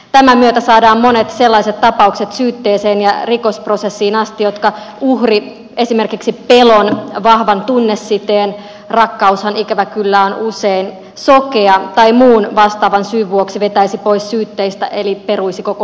tämän myötä saadaan monet sellaiset tapaukset syytteeseen ja rikosprosessiin asti jotka uhri esimerkiksi pelon vahvan tunnesiteen rakkaushan ikävä kyllä on usein sokea tai muun vastaavan syyn vuoksi vetäisi pois syytteistä eli peruisi koko homman